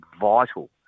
vital